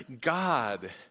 God